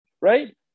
right